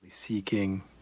seeking